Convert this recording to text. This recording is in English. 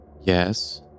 Yes